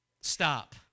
Stop